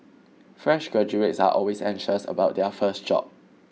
fresh graduates are always anxious about their first job